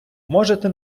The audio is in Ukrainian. можете